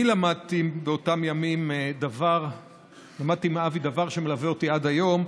אני למדתי מאבי באותם ימים דבר שמלווה אותי עד היום: